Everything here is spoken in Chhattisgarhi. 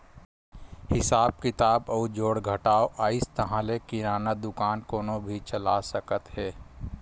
हिसाब किताब अउ जोड़ घटाव अइस ताहाँले किराना दुकान कोनो भी चला सकत हे